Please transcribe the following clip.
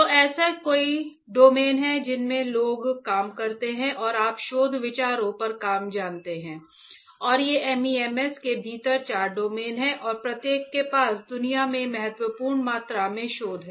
तो ऐसे कई डोमेन हैं जिनमें लोग काम करते हैं और आप शोध विचारों पर काम जानते हैं और ये MEMS के भीतर चार डोमेन हैं और प्रत्येक के पास दुनिया में महत्वपूर्ण मात्रा में शोध है